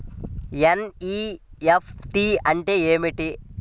NEFT అంటే ఏమిటీ?